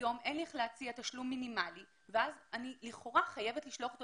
היום אין לי איך להציע תשלום מינימלי ואז אני לכאורה חייבת לשלוח אותו